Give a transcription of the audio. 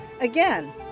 Again